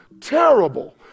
terrible